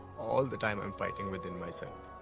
all the time i'm fighting within myself.